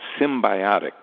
symbiotic